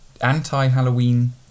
anti-Halloween